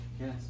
yes